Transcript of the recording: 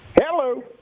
Hello